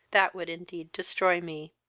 that would indeed destroy me.